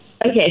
Okay